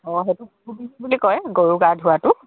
অঁ সেইটো বুলি কয় গৰু গা ধোৱাটো